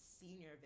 senior